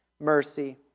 mercy